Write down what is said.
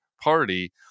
party